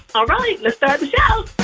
all right, let's start the show